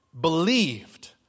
believed